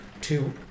two